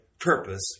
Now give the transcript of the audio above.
purpose